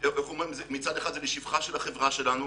מצד אחד זה לשבחה של החברה שלנו,